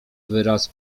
wyraz